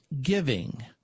giving